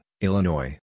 Illinois